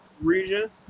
region